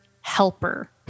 Helper